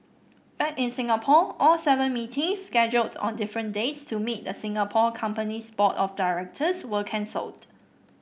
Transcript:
back in Singapore all seven meetings scheduled on different dates to meet the Singapore company's board of directors were cancelled